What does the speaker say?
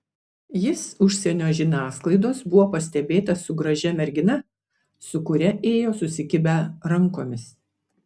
jis užsienio žiniasklaidos buvo pastebėtas su gražia mergina su kuria ėjo susikibę rankomis